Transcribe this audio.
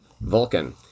Vulcan